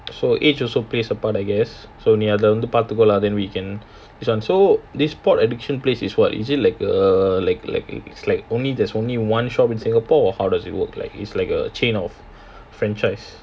so age also plays a part I guess so அத நீ பாத்துக்கோ:atha nee paathuko then we can this [one] so this pot addiction place is what is it like a like a it's like only there's only one shop in singapore or how does it work it's like a chain of franchise